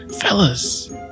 Fellas